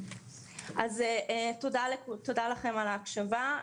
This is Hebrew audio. תודה לכם על ההקשבה.